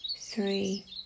three